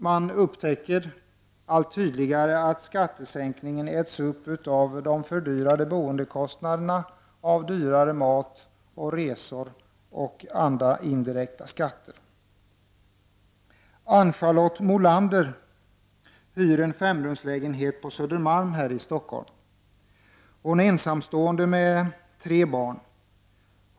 Man upptäcker allt tydligare att skattesänkningen äts upp av de ökade boendekostnaderna, av dyrare mat och resor samt av andra indirekta skatter. Ann-Charlotte Molander hyr en femrumslägenhet på Södermalm här i Stockholm. Hon är ensamstående med tre barn.